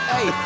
Hey